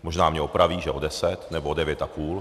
Možná mě opraví, že o deset, nebo o devět a půl.